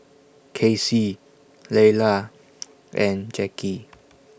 Kacy Leyla and Jackie